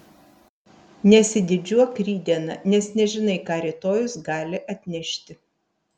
nesididžiuok rytdiena nes nežinai ką rytojus gali atnešti